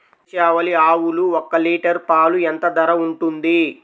దేశవాలి ఆవులు ఒక్క లీటర్ పాలు ఎంత ధర ఉంటుంది?